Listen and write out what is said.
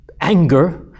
anger